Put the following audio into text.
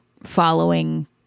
following